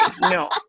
no